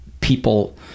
people